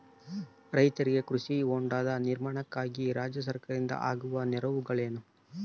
ರೈತರಿಗೆ ಕೃಷಿ ಹೊಂಡದ ನಿರ್ಮಾಣಕ್ಕಾಗಿ ರಾಜ್ಯ ಸರ್ಕಾರದಿಂದ ಆಗುವ ನೆರವುಗಳೇನು?